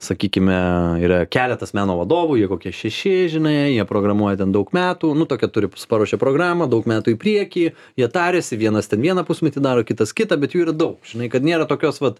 sakykime yra keletas meno vadovų jų kokie šeši žinai jie programuoja ten daug metų nu tuokią turi paruošę programą daug metų į priekį jie tariasi vienas ten vieną pusmetį daro kitas kitą bet jų yra daug žinai kad nėra tokios vat